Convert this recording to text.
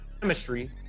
chemistry